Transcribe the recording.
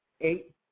eight